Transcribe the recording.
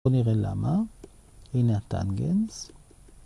בוא נראה למה, הנה הטנגנס.